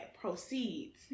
proceeds